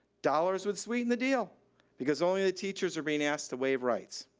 dollars would sweeten the deal because only and teachers are being asked to waive rights.